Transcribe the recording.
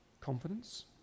confidence